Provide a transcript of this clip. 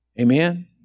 Amen